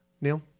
Neil